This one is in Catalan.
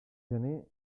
gener